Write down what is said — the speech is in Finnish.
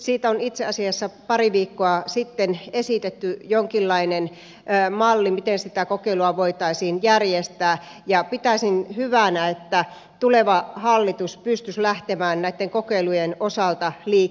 siitä on itse asiassa pari viikkoa sitten esitetty jonkinlainen malli miten sitä kokeilua voitaisiin järjestää ja pitäisin hyvänä että tuleva hallitus pystyisi lähtemään näitten kokeilujen osalta liikkeelle